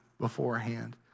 beforehand